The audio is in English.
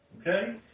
Okay